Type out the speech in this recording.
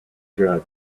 drugs